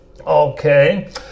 okay